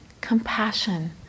compassion